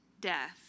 death